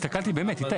הסתכלתי באמת, איתי.